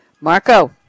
Marco